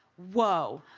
whoa!